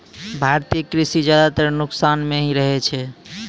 भारतीय कृषि ज्यादातर नुकसान मॅ ही रहै छै